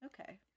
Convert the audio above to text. Okay